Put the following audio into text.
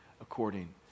according